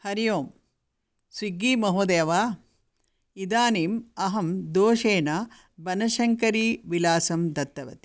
हरि ओं स्विग्गी महोदय वा इदानीम् अहं दोषेण वनशङ्करी विलासं दत्तवती